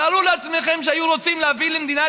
תארו לעצמכם שהיו רוצים להביא למדינת